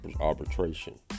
arbitration